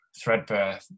threadbare